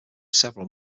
several